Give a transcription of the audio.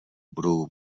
budou